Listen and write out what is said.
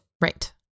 Right